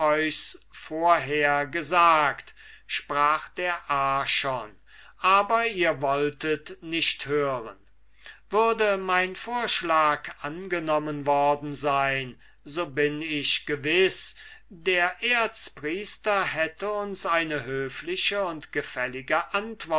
vorhergesagt sprach der archon aber ihr wolltet nicht hören würde mein vorschlag angenommen worden sein so bin ich gewiß der erzpriester hätte uns eine höfliche und gefällige